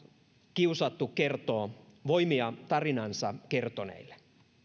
kiusattu kertoo voimia tarinansa kertoneille